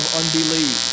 unbelief